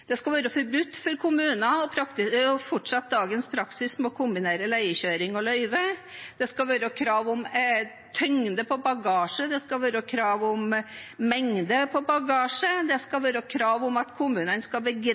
Det skal være forbudt for kommuner å fortsette dagens praksis med å kombinere leiekjøring og løyve, det skal være krav om tyngde på bagasje, det skal være krav om mengde bagasje, det skal være krav om at kommunene skal